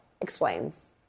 explains